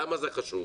למה זה חשוב?